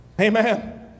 Amen